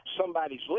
somebody's